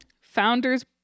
founders